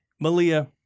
Malia